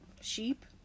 sheep